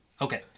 Okay